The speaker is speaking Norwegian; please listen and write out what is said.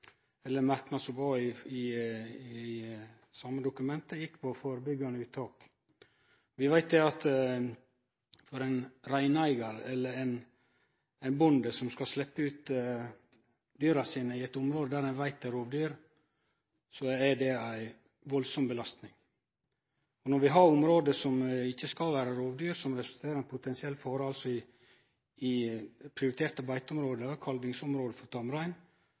i det same dokumentet, handla om førebyggjande uttak. Vi veit at når ein reineigar eller ein bonde skal sleppe ut dyra sine i eit område der ein veit det er rovdyr, er det ei veldig belasting. Når vi har område kor det ikkje skal vere rovdyr, som altså representerer ein potensiell fare i prioriterte